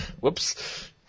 Whoops